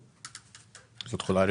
לדעתי זאת תחולה רטרואקטיבית.